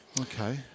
Okay